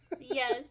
Yes